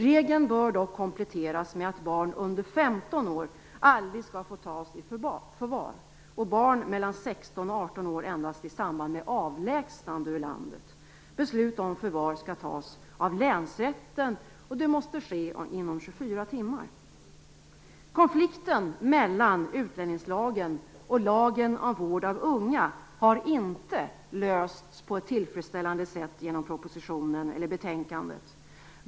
Regeln bör dock kompletteras med att barn under 15 år aldrig skall få tas i förvar och barn mellan 16 och 18 år endast i samband med avlägsnande ur landet. Beslut om förvar skall tas av länsrätten, och det måste ske inom 24 Konflikten mellan utlänningslagen och lagen om vård av unga har inte lösts på ett tillfredsställande sätt genom propositionen eller betänkandet.